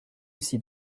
ici